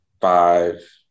five